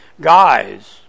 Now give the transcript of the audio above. guys